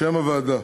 שם הוועדה: